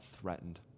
threatened